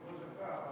כבוד השר,